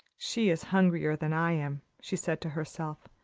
she is hungrier than i am, she said to herself.